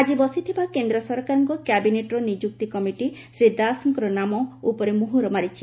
ଆଜି ବସିଥିବା କେନ୍ଦ୍ର ସରକାରଙ୍କ କ୍ୟାବିଟେ୍ର ନିଯୁକ୍ତି କମିଟି ଶ୍ରୀ ଦାଶଙ୍କ ନାମ ଉପରେ ମୋହର ମାରିଛି